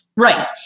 Right